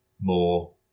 more